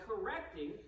correcting